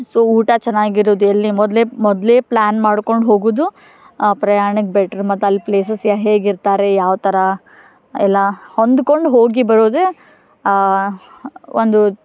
so ಊಟ ಚೆನ್ನಾಗಿರುದ್ ಎಲ್ಲಿ ಮೊದಲೇ ಮೊದಲೇ ಪ್ಲ್ಯಾನ್ ಮಾಡ್ಕೊಂಡು ಹೋಗುವುದು ಆ ಪ್ರಯಾಣಕ್ಕೆ ಬೆಟ್ರ್ ಮತ್ತು ಅಲ್ಲಿ ಪ್ಲೇಸಸ್ ಹೇಗಿರ್ತಾರೆ ಯಾವ ಥರ ಎಲ್ಲ ಹೊಂದ್ಕೊಂಡು ಹೋಗಿ ಬರುವುದೆ ಒಂದು